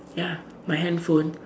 ya my handphone